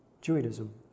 Judaism